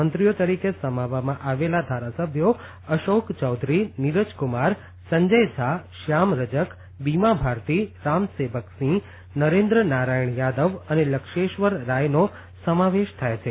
મંત્રીઓ તરીકે સમાવવામાં આવેલા ધારાસભ્યો અશોક ચોધરી નિરજ કુમાર સંજય ઝા શ્યામ રજક બિમા ભારતી રામ સેવક સિંહ નરેન્દ્ર નારાયણ યાદવ અને લક્ષ્શેશ્વર રાયનો સમાવેશ થાય છે